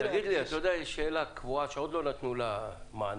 יש שאלה קבועה שעדיין לא נתנו לה מענה.